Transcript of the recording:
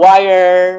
Wire